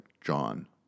John